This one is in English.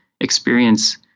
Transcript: experience